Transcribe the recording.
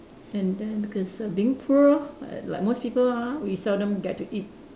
and then cause uh being poor uh like most people ah we seldom get to eat